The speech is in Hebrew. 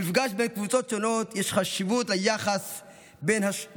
במפגש בין קבוצות שונות יש חשיבות ליחס הבין-אישי: